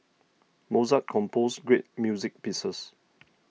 Mozart composed great music pieces